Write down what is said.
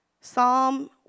Psalm